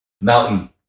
Mountain